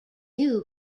new